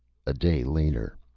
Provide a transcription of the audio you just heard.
a day later.